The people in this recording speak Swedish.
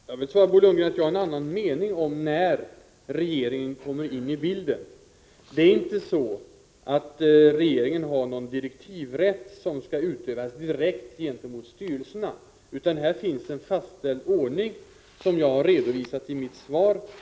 Herr talman! Jag vill svara Bo Lundgren att jag har en annan mening om när regeringen kommer in i bilden. Regeringen har inte någon direktivrätt som skall utövas direkt gentemot styrelserna, utan här finns en fastställd ordning, som jag har redovisat i mitt svar.